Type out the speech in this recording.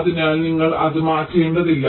അതിനാൽ നിങ്ങൾ അത് മാറ്റേണ്ടതില്ല